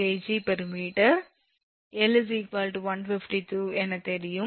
16 𝐾𝑔𝑚 𝐿 152 என தெரியும்